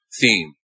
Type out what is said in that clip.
theme